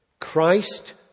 Christ